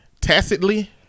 Tacitly